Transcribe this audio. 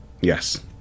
yes